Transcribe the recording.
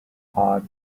heart